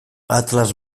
atlas